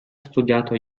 studiato